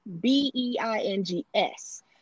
b-e-i-n-g-s